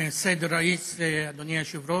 סייד א-ראיס, אדוני היושב-ראש,